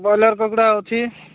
broiler କୁକୁଡ଼ା ଅଛି